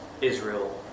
Israel